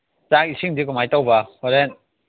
ꯆꯥꯛ ꯏꯁꯤꯡꯗꯤ ꯀꯃꯥꯏꯅ ꯇꯧꯕ ꯍꯣꯔꯦꯟ